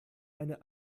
eine